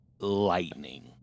Lightning